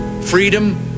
Freedom